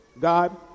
God